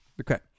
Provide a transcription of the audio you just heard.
Okay